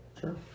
sure